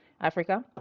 Africa